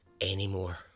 anymore